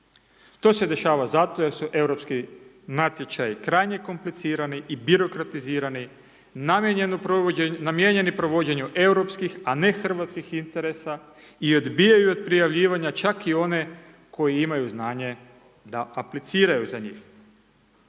To se dešava zato jer su europski natječaji krajnje komplicirani i birokratizirani, namijenjeni provođenju europskih a ne hrvatskih interesa, i odbijaju od prijavljivanja čak i one koji imaju znanje da apliciraju za njih.